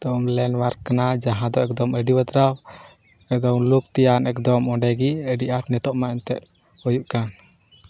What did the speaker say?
ᱛᱚ ᱞᱮᱱᱰᱢᱟᱨᱠ ᱦᱮᱱᱟᱜᱼᱟ ᱡᱟᱦᱟᱸ ᱫᱚ ᱮᱠᱫᱚᱢ ᱟᱹᱰᱤ ᱵᱟᱛᱨᱟᱣ ᱮᱠᱫᱚᱢ ᱞᱩᱠᱛᱮᱭᱟᱱ ᱮᱠᱫᱚᱢ ᱚᱸᱰᱮᱜᱮ ᱟᱹᱰᱤ ᱟᱸᱴ ᱱᱤᱛᱚᱜᱢᱟ ᱮᱱᱛᱮᱫ ᱦᱩᱭᱩᱜ ᱠᱟᱱ